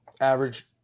average